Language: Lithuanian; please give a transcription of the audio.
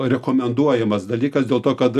rekomenduojamas dalykas dėl to kad